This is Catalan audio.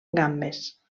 gambes